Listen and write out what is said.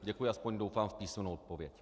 Děkuji, aspoň doufám v písemnou odpověď.